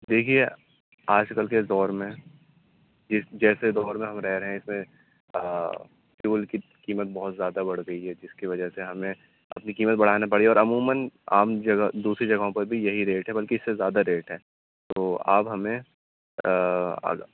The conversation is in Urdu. دیکھیے آج کل کے دور میں جس جیسے دور میں ہم رہ رہے ہیں اِس میں فیول کی قیمت بہت زیادہ بڑھ گئی ہے جس کی وجہ سے ہمیں اپنی قیمت بڑھانا پڑی اور عموماً عام جگہ دوسری جگہوں پر بھی یہی ریٹ ہے بلکہ اِس سے زیادہ ریٹ ہے تو آپ ہمیں